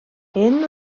hen